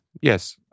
Yes